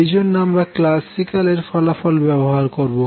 এই জন্য আমরা ক্লাসিক্ল্যাল এর ফলাফল ব্যবহার করবো